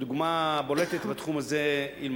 הדוגמה הבולטת בתחום הזה היא,